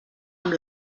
amb